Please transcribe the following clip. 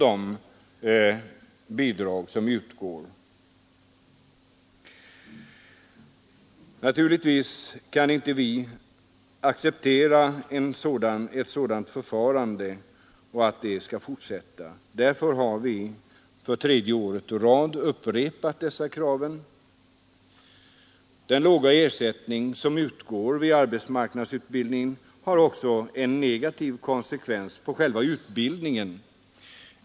Ett fortsatt sådant förfarande kan vi naturligtvis inte acceptera. Därför har vi för tredje året i rad upprepat våra krav. Den låga ersättning som utgår vid arbetsmarknadsutbildning har också negativa konsekvenser på själva utbildningen.